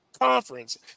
conference